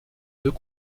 deux